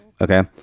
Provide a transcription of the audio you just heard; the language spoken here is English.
Okay